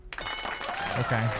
Okay